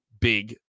big